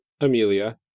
Amelia